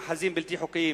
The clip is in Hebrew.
כמאחזים בלתי חוקיים.